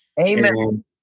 Amen